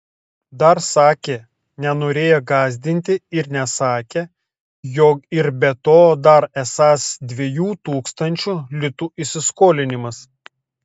dar sakė nenorėję gąsdinti ir nesakę jog ir be to dar esąs dviejų tūkstančių litų įsiskolinimas